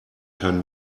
kein